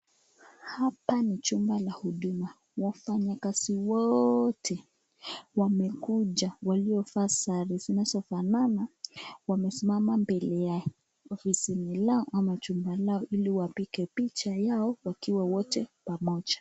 Hapa ni chumba la huduma. Wafanyakazi wote wamekuja waliovaa sare zinazofanana wamesimama mbele ofisini lao ama chumba lao ili wapige picha wakiwa wote pamoja.